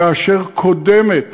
ואשר קודמת